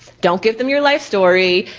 don't give them your life story.